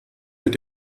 mit